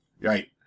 Right